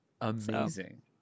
amazing